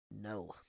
No